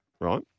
Right